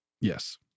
yes